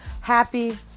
happy